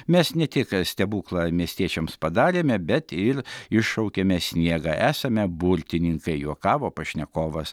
mes ne tik stebuklą miestiečiams padarėme bet ir iššaukėme sniegą esame burtininkai juokavo pašnekovas